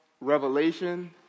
Revelation